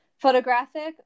Photographic